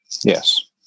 Yes